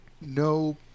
no